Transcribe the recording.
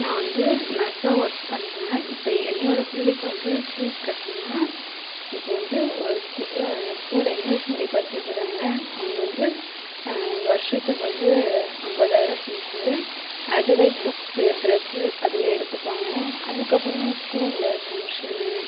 நான் வந்து நர்ஸாக ஒர்க் பண்றேன் இப்போ என்னோடய பிள்ளைக்கு வந்து ஃபீஸ் கட்டணும்னா இப்போ வந்து ஒரு ஸ்கூலில் இங்கிலீஷ் மீடியம் படிச்சிட்டிருக்காங்க அவங்க வந்து வருடத்துக்கு வந்து ஐம்பதாயிரம் ஃபீஸு அதில் புக்ஸு டிரெஸ்ஸு அதில் எடுத்துப்பாங்க அதுக்கப்புறம் ஸ்கூலில் ஃபங்ஷன்னு